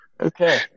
Okay